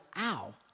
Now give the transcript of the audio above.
ow